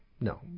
No